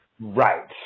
Right